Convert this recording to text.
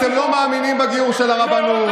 אתם לא מאמינים בגיור של הרבנות.